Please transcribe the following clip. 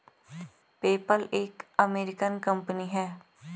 PayPal एक American company है